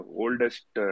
oldest